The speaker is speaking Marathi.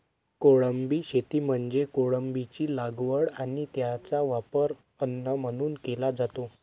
कोळंबी शेती म्हणजे कोळंबीची लागवड आणि त्याचा वापर अन्न म्हणून केला जातो